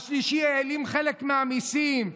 השלישי העלים חלק מהמיסים,